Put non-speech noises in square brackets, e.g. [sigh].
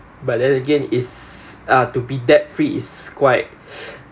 but then again is uh to be debt-free is quite [breath]